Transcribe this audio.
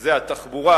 זה התחבורה,